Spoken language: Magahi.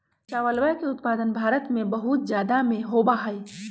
चावलवा के उत्पादन भारत में बहुत जादा में होबा हई